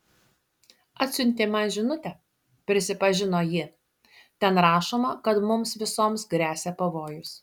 atsiuntė man žinutę prisipažino ji ten rašoma kad mums visoms gresia pavojus